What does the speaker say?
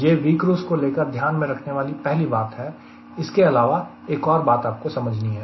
यह Vcruise को लेकर ध्यान में रखने वाली पहली बात है इसके अलावा एक और बात आपको समझनी है